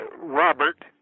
Robert